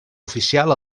oficial